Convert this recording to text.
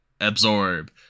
Absorb